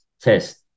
test